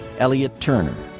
elliott turner.